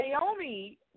Naomi